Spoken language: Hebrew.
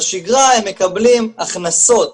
בשגרה הם מקבלים הכנסות,